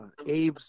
Abe's